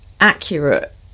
accurate